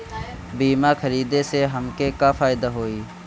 बीमा खरीदे से हमके का फायदा होई?